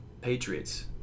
Patriots